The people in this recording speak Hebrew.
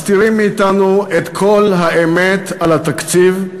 מסתירים מאתנו את כל האמת על התקציב,